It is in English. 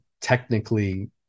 technically